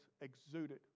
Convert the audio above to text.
exuded